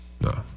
no